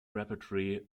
repertory